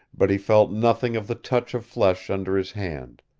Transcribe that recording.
but he felt nothing of the touch of flesh under his hand.